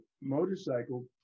motorcycle